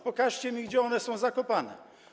Pokażcie mi, gdzie one są zakopane.